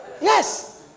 Yes